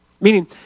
Meaning